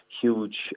huge